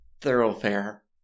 thoroughfare